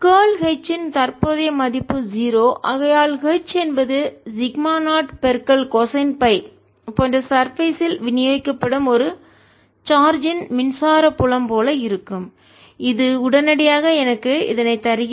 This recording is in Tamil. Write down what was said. கார்ல் H இன் தற்போதைய மதிப்பு 0 ஆகையால் H என்பது சிக்மா நாட் கொசைன் போன்ற சர்பேஸ் மேற்பரப்பு இல் விநியோகிக்கப்படும் ஒரு சார்ஜ் ன் மின்சார புலம் போல இருக்கும் இது உடனடியாக எனக்கு இதனை தருகிறது